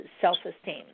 self-esteem